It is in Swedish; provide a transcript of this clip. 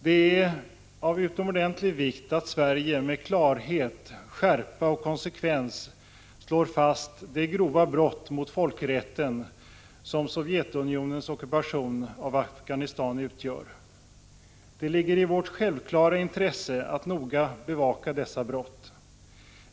Det är av utomordentligt stor vikt att Sverige med klarhet, skärpa och konsekvens slår fast det grova brott mot folkrätten som Sovjetunionens ockupation av Afghanistan utgör. Det ligger i vårt självklara intresse att noga bevaka dessa brott.